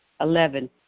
Eleven